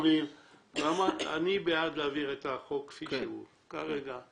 אני בעד להעביר את החוק כפי שהוא כרגע,